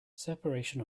separation